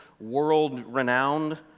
world-renowned